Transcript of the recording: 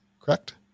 correct